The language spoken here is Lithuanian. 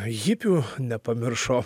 hipių nepamiršo